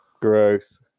Gross